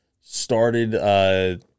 started